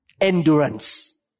endurance